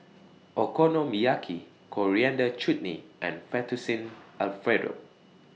Okonomiyaki Coriander Chutney and Fettuccine Alfredo